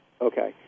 Okay